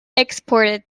exported